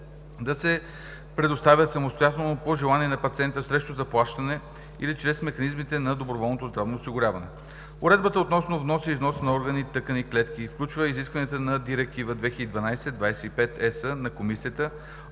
да се предоставят самостоятелно по желание на пациента срещу заплащане или чрез механизмите на доброволното здравно осигуряване. Уредбата относно вноса и износа на органи, тъкани и клетки включва изисквания на Директива 2012/25/ЕС на Комисията